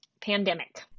pandemic